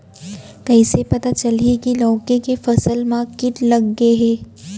कइसे पता चलही की लौकी के फसल मा किट लग गे हे?